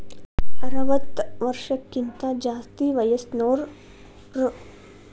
ಅರವತ್ತ ವರ್ಷಕ್ಕಿಂತ ಜಾಸ್ತಿ ವಯಸ್ಸಿರೋರ್ ಆದಾಯ ಎರಡುವರಿ ಲಕ್ಷಕ್ಕಿಂತ ಜಾಸ್ತಿ ಇತ್ತಂದ್ರ ಆದಾಯ ತೆರಿಗಿ ಕಟ್ಟಬೇಕಾಗತ್ತಾ